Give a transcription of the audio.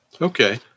Okay